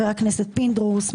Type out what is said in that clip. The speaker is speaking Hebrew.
פינדרוס,